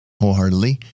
wholeheartedly